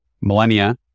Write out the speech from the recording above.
millennia